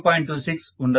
26 Ω ఉండొచ్చు